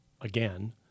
again